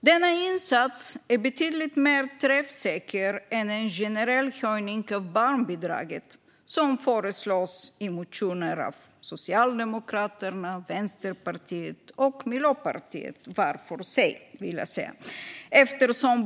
Denna insats är betydligt mer träffsäker än en generell höjning av barnbidraget, vilket föreslås i motioner av Socialdemokraterna, Vänsterpartiet och Miljöpartiet - var för sig, vill jag tillägga.